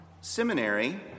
seminary